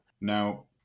Now